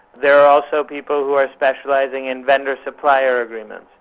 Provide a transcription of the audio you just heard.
there are also people who are specialising in vendor supplier agreements,